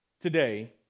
today